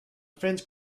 friends